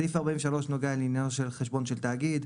סעיף 43 נוגע לעניין חשבון של תאגיד.